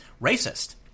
racist